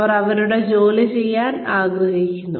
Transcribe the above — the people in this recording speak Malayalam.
അവർ അവരുടെ ജോലി ചെയ്യാൻ ആഗ്രഹിക്കുന്നു